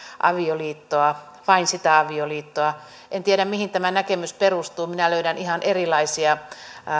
avioliittoa vain sitä avioliittoa en tiedä mihin tämä näkemys perustuu minä löydän ihan erilaisia